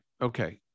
Okay